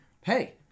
hey